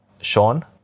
Sean